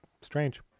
strange